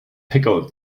pickle